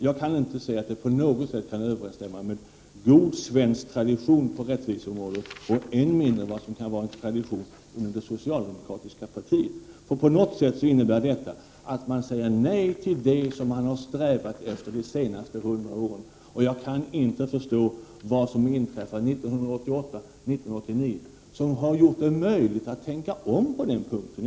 Jag kan inte se att det på något sätt kan överensstämma med god svensk tradition på rättviseområdet och än mindre med en tradition inom det socialdemokratiska partiet. För på något sätt innebär detta att man säger nej till det som man har strävat efter de senaste hundra åren. Jag kan inte förstå vad som inträffat 1988-1989 som har gjort det möjligt att tänka om på den punkten.